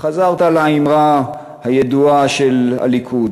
חזרת לאמרה הידועה של הליכוד,